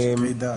ומש"קי דת.